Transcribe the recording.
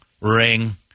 ring